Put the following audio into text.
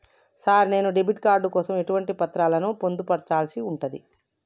Sir నేను debit card కోసం ఎటువంటి పత్రాలను పొందుపర్చాల్సి ఉంటది?